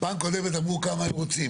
בפעם הקודמת אמרו כמה הם רוצים.